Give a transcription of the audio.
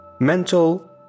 mental